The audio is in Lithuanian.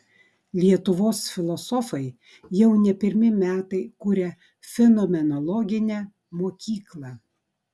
lietuvos filosofai jau ne pirmi metai kuria fenomenologinę mokyklą